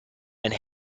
and